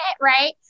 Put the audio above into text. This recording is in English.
right